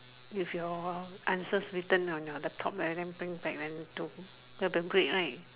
if your answer written on your laptop right then bring back then do that'll be great right